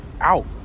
out